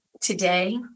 Today